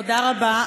תודה רבה.